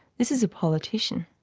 this is a politician.